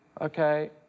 Okay